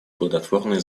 плодотворные